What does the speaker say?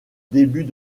début